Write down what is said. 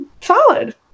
solid